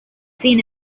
seen